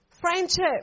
Friendship